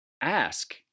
ask